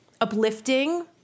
uplifting